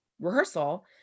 rehearsal